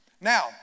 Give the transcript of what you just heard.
Now